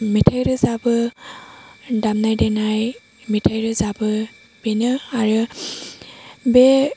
मेथाइ रोजाबो दामनाय देनाय मेथाइ रोजाबो बेनो आरो बे